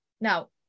Now